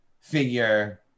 figure